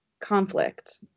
conflict